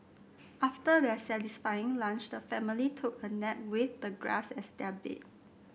after their satisfying lunch the family took a nap with the grass as their bed